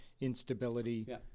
instability